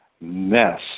mess